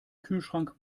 kühlschrank